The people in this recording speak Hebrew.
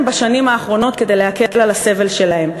בשנים האחרונות כדי להקל על הסבל שלהם?